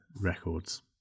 records